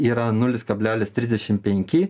yra nulis kablelis trisdešim penki